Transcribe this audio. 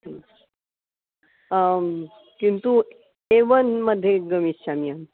किन्तु ए वन् मध्ये गमिष्यामि अहं